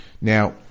Now